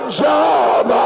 job